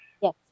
Yes